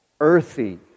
earthy